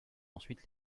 ensuite